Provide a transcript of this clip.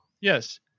Yes